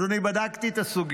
אז אני בדקתי את הסוגיה.